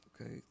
Okay